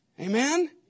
Amen